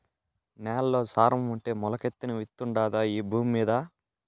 నేల్లో సారం ఉంటే మొలకెత్తని విత్తుండాదా ఈ భూమ్మీద